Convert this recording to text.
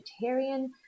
vegetarian